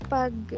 pag